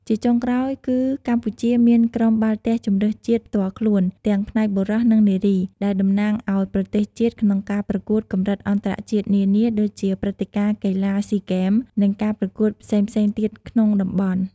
ជាចុងក្រោយគឺកម្ពុជាមាន ក្រុមបាល់ទះជម្រើសជាតិផ្ទាល់ខ្លួន ទាំងផ្នែកបុរស និងនារី ដែលតំណាងឱ្យប្រទេសជាតិក្នុងការប្រកួតកម្រិតអន្តរជាតិនានា ដូចជាព្រឹត្តិការណ៍កីឡាស៊ីហ្គេម និងការប្រកួតផ្សេងៗទៀតក្នុងតំបន់។